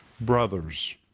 Brothers